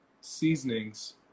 seasonings